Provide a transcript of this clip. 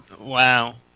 Wow